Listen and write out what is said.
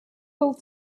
will